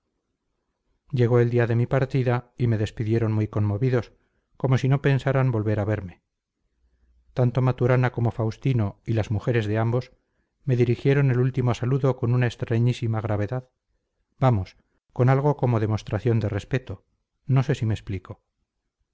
llegó el día de mi partida y me despidieron muy conmovidos como si no pensaran volver a verme tanto maturana como faustino y las mujeres de ambos me dirigieron el último saludo con una extrañísima gravedad vamos con algo como demostración de respeto no sé si me explico